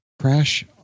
crash